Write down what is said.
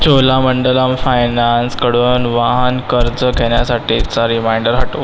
चोलामंडलम फायनान्सकडून वाहन कर्ज घेण्यासाठीचा रिमाइंडर हटवा